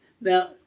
Now